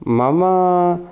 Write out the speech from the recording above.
मम